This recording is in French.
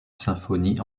symphonie